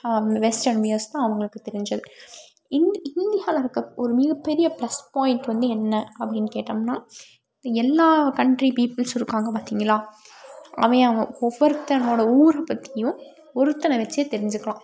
western viewers தான் அவங்களுக்கு தெரிஞ்சது இந் இந்தியாவில் இருக்கற ஒரு மிகப்பெரிய பிளஸ் பாயிண்ட் வந்து என்ன அப்படின்னு கேட்டோம்னா எல்லாம் கண்ட்ரி பீப்புள்ஸும் இருக்காங்க பார்த்தீங்களா ஒவ்வொருத்தனோடய ஊர் பற்றியும் ஒருத்தனை வச்சே தெரிஞ்சுக்கலாம்